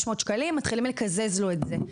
מתחילים לקזז לו את זה.